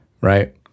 right